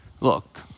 Look